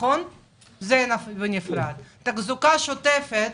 תחזוקה שוטפת